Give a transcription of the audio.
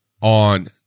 on